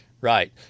Right